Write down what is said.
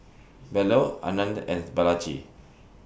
Bellur Anand and Balaji